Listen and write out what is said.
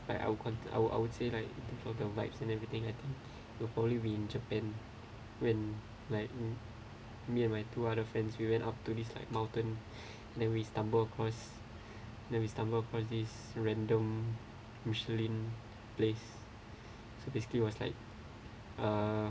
but I would con~ I would I would say like I prefer the vibes and everything I think the poly we in japan when like me me and my two other friends we went up to this like mountain then we stumbled across then we stumbled across this random michelin place so basically was like